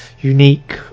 unique